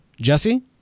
Jesse